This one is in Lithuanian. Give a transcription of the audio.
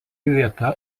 vieta